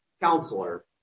counselor